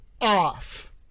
Off